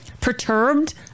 perturbed